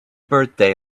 birthday